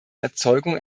erzeugung